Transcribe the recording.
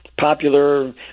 popular